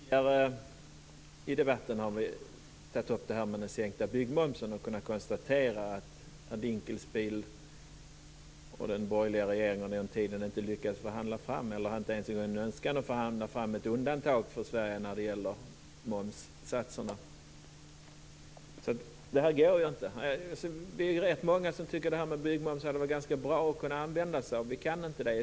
Fru talman! Tidigare i debatten har vi tagit upp frågan om den sänkta byggmomsen. Vi har kunnat konstatera att Dinkelspiel tillsammans med den borgerliga regeringen inte lyckades - eller inte ens hade en önskan - att förhandla fram ett undantag för Sverige när det gäller momssatserna. Det här går inte. Vi är rätt många som tycker att det hade varit bra att använda sig av den sänkta byggmomsen. Vi kan inte det.